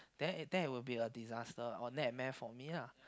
then it then it will be a disaster or nightmare for me lah